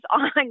on